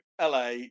LA